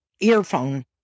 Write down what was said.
earphone